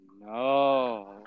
no